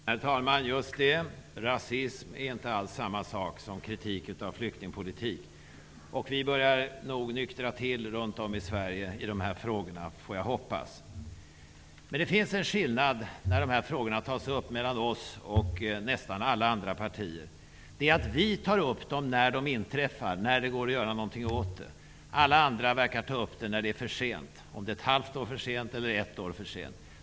Herr talman! Just det: Rasism är inte alls samma sak som kritik av flyktingpolitik. Vi börjar nog nyktra till runt om i Sverige i de här frågorna, får jag hoppas. Det finns en skillnad mellan oss och nästan alla andra partier vad gäller hur de här frågorna tas upp. Vi tar upp frågorna när saker inträffar, när det går att göra någonting åt det. Alla andra verkar ta upp frågorna när det är för sent -- om det nu är ett halvt år för sent eller ett år för sent.